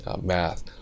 math